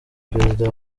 perezida